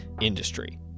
industry